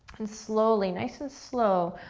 and slowly, nice and slow,